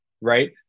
right